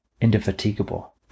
Indefatigable